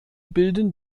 bilden